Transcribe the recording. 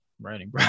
Writing